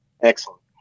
excellent